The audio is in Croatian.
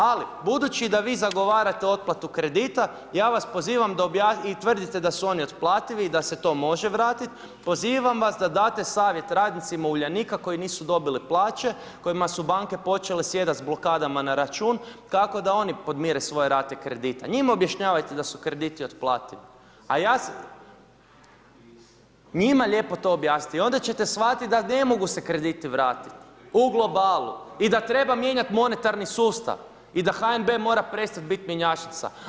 Ali budući da vi zagovarate otplatu kredita i tvrdite da su oni otplativi i da se to može vratiti, pozivam vas da date savjet radnicima Uljanika koji nisu dobili plaće, kojima su banke počele sjedati s blokadama na račun kako da oni podmire svoje rate kredite, njima objašnjavajte da su krediti otplativi, njima lijepo to objasniti, onda ćete shvatiti da ne mogu se krediti vratiti u globalu i da treba mijenjati monetarni sustav i da HNB mora prestati biti mjenjačnica.